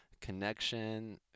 connection